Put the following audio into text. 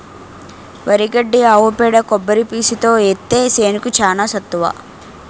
వరి గడ్డి ఆవు పేడ కొబ్బరి పీసుతో ఏత్తే సేనుకి చానా సత్తువ